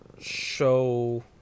show